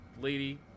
lady